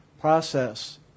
process